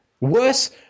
Worse